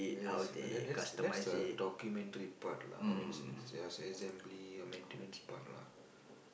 yes that that's that's the documentary part lah I mean the as~ as~ assembly and maintenance part lah